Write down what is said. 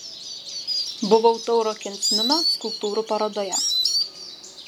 buvau tauro kensmino skulptūrų parodoje